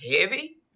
heavy